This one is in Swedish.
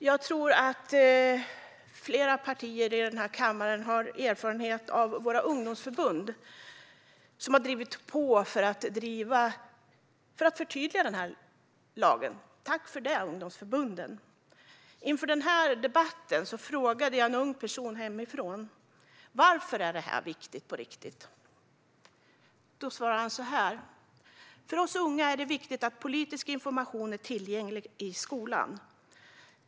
Jag tror att vi är många här i kammaren som har erfarenhet av våra ungdomsförbund, som har drivit på för att förtydliga lagen. Tack för det, ungdomsförbunden! Inför den här debatten frågade jag en ung person hemifrån: Varför är detta viktigt på riktigt? Han svarade så här: För oss unga är det viktigt att politisk information är tillgänglig i skolan.